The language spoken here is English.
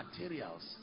materials